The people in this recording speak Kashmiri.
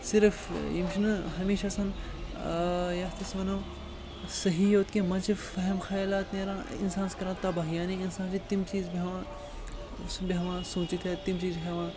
صرف یِم چھِنہٕ ہمیشہِ آسان یَتھ أسۍ وَنو صحیح یوت کینٛہہ منٛزٕ چھِ فٮ۪ہَم خیالات نیران اِنسانَس کَران تَباہ یعنی کہِ اِنسان چھِ تِم چیٖز بیٚہوان سُہ بیٚہوان سوٗنٛچِتھ یا تِم چیٖز ہیٚوان